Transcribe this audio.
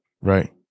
Right